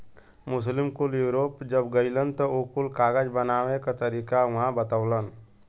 मुस्लिम कुल यूरोप जब गइलन त उ कुल कागज बनावे क तरीका उहाँ बतवलन